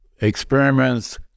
experiments